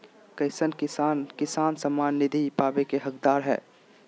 कईसन किसान किसान सम्मान निधि पावे के हकदार हय?